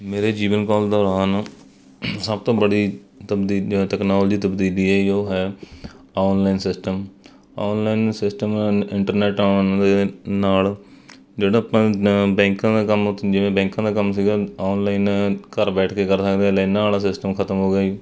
ਮੇਰੇ ਜੀਵਨ ਕਾਲ ਦੌਰਾਨ ਸਭ ਤੋਂ ਬੜੀ ਤਬਦੀ ਤਕਨੋਲਜੀ ਤਬਦੀਲੀ ਆਈ ਹੈ ਉਹ ਹੈ ਔਨਲਾਈਨ ਸਿਸਟਮ ਔਨਲਾਈਨ ਸਿਸਟਮ ਨ ਇੰਟਰਨੈਟ ਆਉਣ ਦੇ ਨਾਲ ਜਿਹੜਾ ਆਪਾਂ ਬੈਂਕਾਂ ਦਾ ਕੰਮ ਜਿਵੇਂ ਬੈਂਕਾਂ ਦਾ ਕੰਮ ਸੀਗਾ ਔਨਲਾਈਨ ਘਰ ਬੈਠ ਕੇ ਕਰ ਸਕਦੇ ਲਾਇਨਾਂ ਵਾਲਾ ਸਿਸਟਮ ਖਤਮ ਹੋ ਗਿਆ ਜੀ